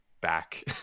back